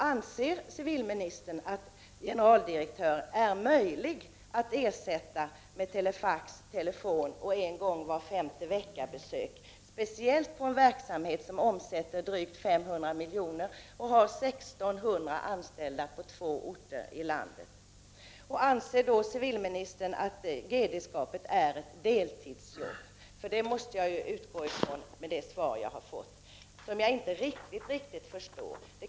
Anser civilministern att det är möjligt att ersätta generaldirektörer med telefax, telefon och besök en gång var femte vecka, speciellt i en verksamhet som omsätter drygt 500 milj.kr. och som har 1 600 anställda på två orter i landet? Anser civilministern att generaldirektörskapet är ett deltidsjobb? Jag måste utgå från det med det svar jag har fått, som jag inte riktigt förstår.